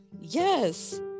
yes